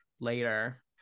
later